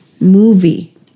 movie